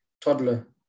toddler